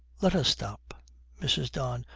let us stop mrs. don.